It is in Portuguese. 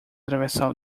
atravessar